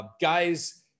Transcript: guys